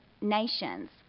nations